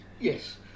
yes